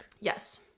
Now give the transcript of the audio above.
Yes